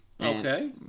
okay